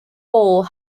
hole